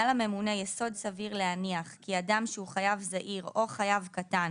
היה לממונה יסוד סביר להניח כי אדם שהוא חייב זעיר או חייב קטן